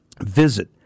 Visit